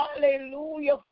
hallelujah